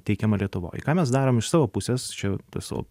teikiama lietuvoj ką mes darom iš savo pusės čia tas o